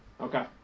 Okay